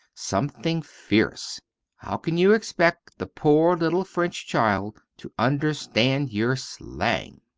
something fierce how can you expect the poor little french child to understand your slang?